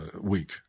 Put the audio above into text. week